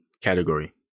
category